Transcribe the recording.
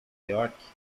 york